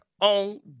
on